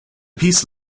peace